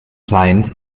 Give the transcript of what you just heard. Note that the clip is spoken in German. scheint